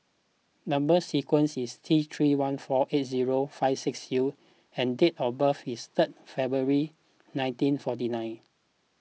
Number Sequence is T three one four eight zero five six U and date of birth is third February nineteen forty nine